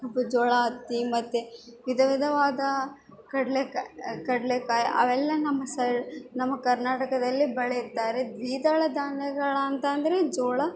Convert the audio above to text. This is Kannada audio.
ಕಬ್ಬು ಜೋಳ ಹತ್ತಿ ಮತ್ತು ವಿಧ ವಿಧವಾದ ಕಡಲೆ ಕ್ ಕಡಲೆ ಕಾಯಿ ಅವೆಲ್ಲಾ ನಮ್ಮ ಸೈಡ್ ನಮ್ಮ ಕರ್ನಾಟಕದಲ್ಲಿ ಬೆಳಿತಾರೆ ದ್ವಿದಳ ಧಾನ್ಯಗಳಂತಂದ್ರೆ ಜೋಳ